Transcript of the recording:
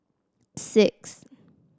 six